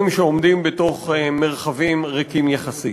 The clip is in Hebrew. שעומדים בתוך מרחבים ריקים יחסית.